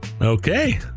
okay